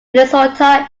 minnesota